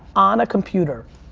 on a computer,